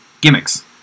gimmicks